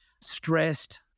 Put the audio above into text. stressed